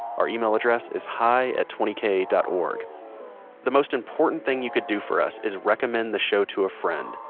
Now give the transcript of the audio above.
our email address is hi at twenty k dot org the most important thing you can do for us is recommend the show to a friend.